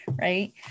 right